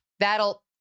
That'll